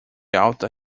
alta